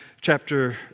chapter